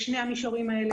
בשני המישורים האלה.